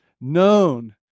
known